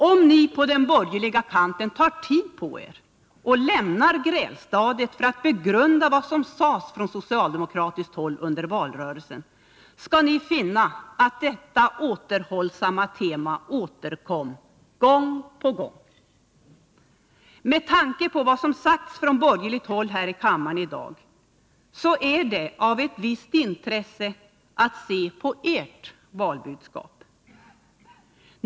Om ni på den borgerliga kanten tar tid på er och lämnar grälstadiet för att begrunda vad som sades från socialdemokratiskt håll under valrörelsen, skall ni finna att detta återhållsamma tema återkom gång efter gång. Med tanke på vad som sagts från borgerligt håll här i kammaren i dag är det av ett visst intresse att se på ert valbudskap.